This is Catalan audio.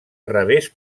revés